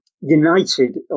united